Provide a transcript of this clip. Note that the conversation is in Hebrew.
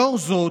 לאור זאת,